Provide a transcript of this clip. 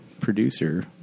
producer